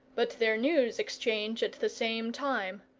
but their news exchange at the same time.